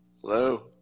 Hello